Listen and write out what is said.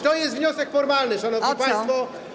To jest wniosek formalny, szanowni państwo.